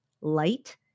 light